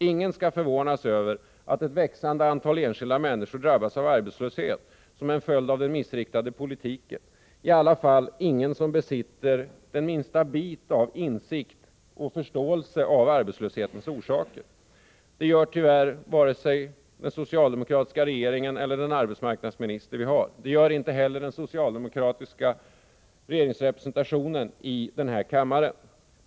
Ingen skall förvånas över att ett växande antal enskilda drabbas av arbetslöshet som en följd av den misslyckade politiken, i varje fall ingen som besitter något litet av insikt i och förståelse av arbetslöshetens orsaker. Det gör tyvärr varken regeringen eller den arbetsmarknadsminister vi har. Det gör inte heller den socialdemokratiska regeringens representation i denna kammare.